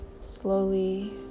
slowly